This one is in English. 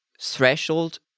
threshold